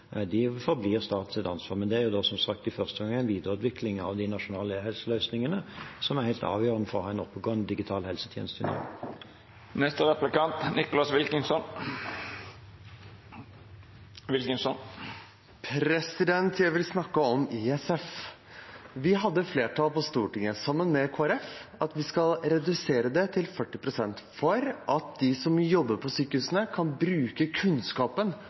Men det er, som sagt, i første omgang en videreutvikling av de nasjonale e-helseløsningene, som er helt avgjørende for å ha en oppegående digital helsetjeneste. Jeg vil snakke om ISF. Vi hadde flertall på Stortinget sammen med Kristelig Folkeparti for å redusere det til 40 pst., slik at de som jobber på sykehusene, kan bruke